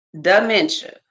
dementia